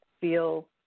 feel